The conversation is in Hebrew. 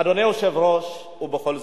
אדוני היושב-ראש, ובכל זאת,